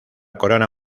corona